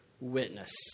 witness